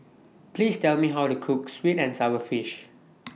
Please Tell Me How to Cook Sweet and Sour Fish